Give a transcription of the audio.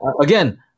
again